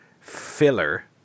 filler